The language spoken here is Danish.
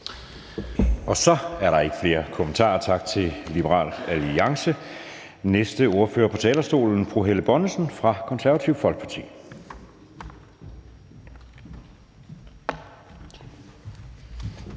Så er der ikke flere kommentarer. Tak til Liberal Alliance. Næste ordfører på talerstolen er fru Helle Bonnesen fra Det Konservative Folkeparti.